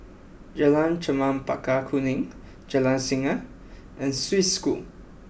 Jalan Chempaka Kuning Jalan Singa and Swiss School